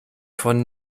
von